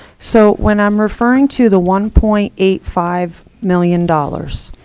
so when i'm referring to the one point eight five million dollars,